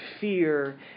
fear